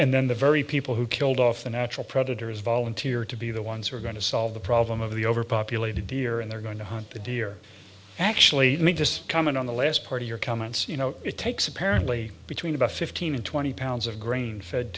and then the very people who killed off the natural predators volunteer to be the ones who are going to solve the problem of the overpopulated deer and they're going to hunt the deer actually me just comment on the last part of your comments you know it takes apparently between about fifteen and twenty pounds of grain fed